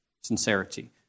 Sincerity